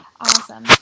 Awesome